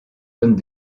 donnent